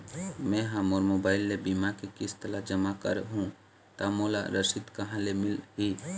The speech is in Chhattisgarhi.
मैं हा मोर मोबाइल ले बीमा के किस्त ला जमा कर हु ता मोला रसीद कहां ले मिल ही?